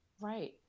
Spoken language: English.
right